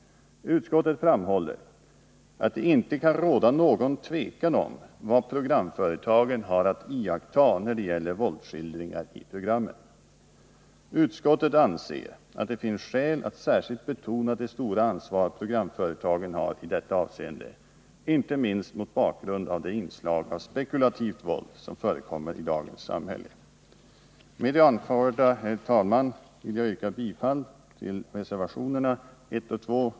Utskottet framhåller att det inte kan råda någon tvekan om vad programföretagen har att iaktta när det gäller våldsskildringar i programmen. Utskottet anser att det finns skäl att särskilt betona det stora ansvar programföretagen har i detta avseende, inte minst mot bakgrund av de inslag av spekulavivt våld som förekommer i dagens samhälle. Med det anförda, herr talman, vill jag yrka bifall till reservationerna 1 och 2.